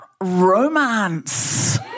romance